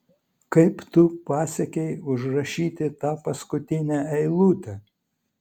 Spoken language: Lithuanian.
kaip tu pasiekei užrašyti tą paskutinę eilutę